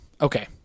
Okay